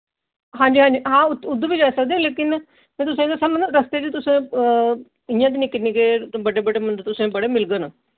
हांजी हांजी हां उत्थे उद्धर बी जाई सकदे लेकिन में तुसें गी दस्सां मतलब रस्ते च तुस इ'यां बी निक्के निकके बड्डे बड्डे मंदर तुसें गी बड़े मिलङन